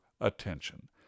attention